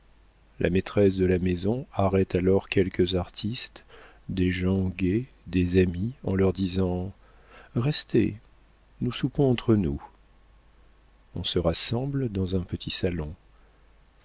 la maîtresse de la maison arrête alors quelques artistes des gens gais des amis en leur disant restez nous soupons entre nous on se rassemble dans un petit salon